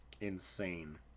insane